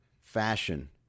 fashion